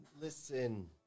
Listen